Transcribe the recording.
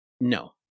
No